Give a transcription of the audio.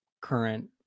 current